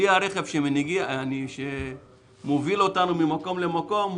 כלי הרכב הוא לא מוגבל.